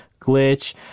Glitch